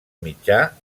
mitjà